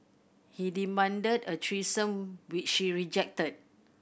he demanded a threesome which she rejected